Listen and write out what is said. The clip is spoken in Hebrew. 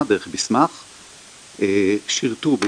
גם לאורך זמן רואים את העלייה של הנשים